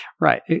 right